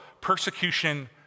persecution